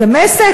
דמשק?